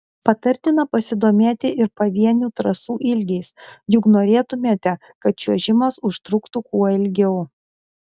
patartina pasidomėti ir pavienių trasų ilgiais juk norėtumėte kad čiuožimas užtruktų kuo ilgiau